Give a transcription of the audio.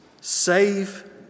save